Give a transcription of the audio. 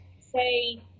say